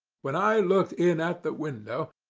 when i looked in at the window,